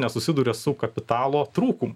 nesusiduria su kapitalo trūkum